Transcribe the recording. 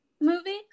movie